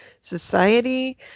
society